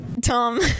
Tom